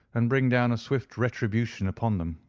and bring down a swift retribution upon them.